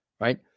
Right